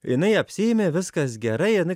jinai apsiimė viskas gerai jinai